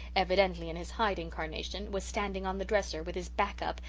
evidently in his hyde incarnation, was standing on the dresser, with his back up,